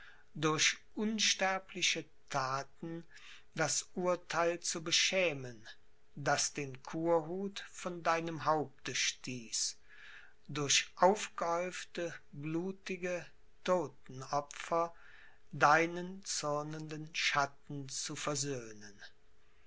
durch unsterbliche thaten das urtheil zu beschämen das den kurhut von deinem haupte stieß durch aufgehäufte blutige todtenopfer deinen zürnenden schatten zu versöhnen